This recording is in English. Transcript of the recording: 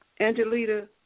Angelita